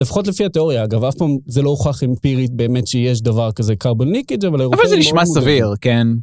לפחות לפי התיאוריה, אגב, אף פעם זה לא הוכח אימפירית באמת שיש דבר כזה קרבוניקיג' אבל... אבל זה נשמע סביר, כן?